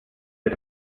per